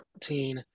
14